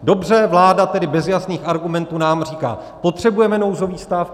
Dobře, vláda tedy bez jasných argumentů nám říká: potřebujeme nouzový stav.